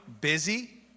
busy